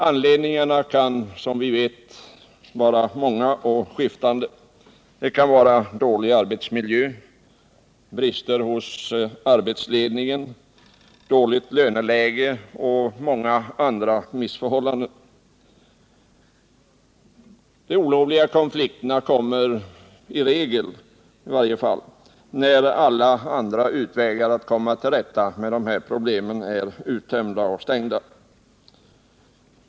Anledningarna kan, som vi vet, vara många och skiftande. Det kan vara dålig arbetsmiljö, brister hos arbetsledningen, dåligt löneläge och många andra missförhållanden. De olovliga konflikterna kommer i regel när alla andra utvägar att komma till rätta med problemen är uttömda och stängda.